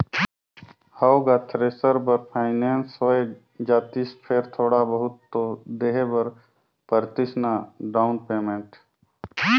हव गा थेरेसर बर फाइनेंस होए जातिस फेर थोड़ा बहुत तो देहे बर परतिस ना डाउन पेमेंट